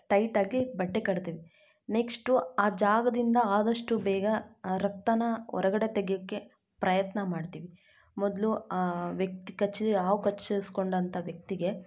ಟೈಟಾಗಿ ಬಟ್ಟೆ ಕಟ್ತೇವ್ ನೆಕ್ಸ್ಟು ಆ ಜಾಗದಿಂದ ಆದಷ್ಟು ಬೇಗ ಆ ರಕ್ತಾನ ಹೊರ್ಗಡೆ ತೆಗೆಯೋಕ್ಕೆ ಪ್ರಯತ್ನ ಮಾಡ್ತೀವಿ ಮೊದಲು ಆ ವ್ಯಕ್ತಿ ಕಚ್ಚಿ ಹಾವ್ ಕಚ್ಚಿಸಿಕೊಂಡಂಥ ವ್ಯಕ್ತಿಗೆ